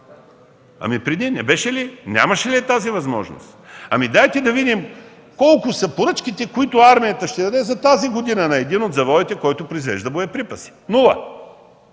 Ами преди? Ами преди нямаше ли я тази възможност? Дайте да видим колко са поръчките, които армията ще даде за тази година на един от заводите, който произвежда боеприпаси? Нула!